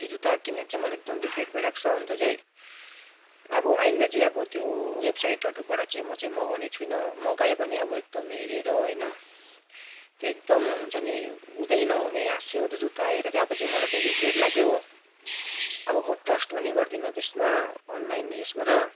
त्यो जुत्ता किनेर चाहिँ मलाई एकदम रिग्रेट भइरहेको छ अन्त चाहिँ अब आइन्दा चाहिँ अब त्यो वेबसाइटहरूबाट चाहिँ म चाहिँ मगाउने छुइनँ मगाए पनि अब एकदम हेरेर होइन त्यो एकदम हुन्छ नि हुँदै नहुने हाँसै उठ्दो जुत्ता आएर चाहिँ अब चाहिँ मलाई चाहिँ रिग्रेट लाग्यो अब म ट्रस्ट पनि गर्दिनँ त्यसमा अनलाइन यसबाट